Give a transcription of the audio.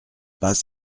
pas